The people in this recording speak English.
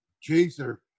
Chaser